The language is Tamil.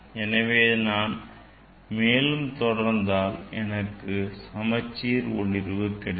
எனவே நான் மேலும் தொடர்ந்தால் எனக்கு சமச்சீர் ஒளிர்வு கிடைக்கும்